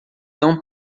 tão